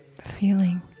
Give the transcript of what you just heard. feeling